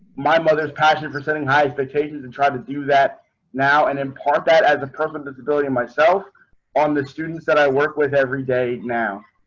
my mother's passion for setting high expectations and tried to do that now and impart that as a permanent disability myself on the students that i work with every day now.